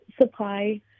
supply